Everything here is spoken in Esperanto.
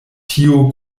tio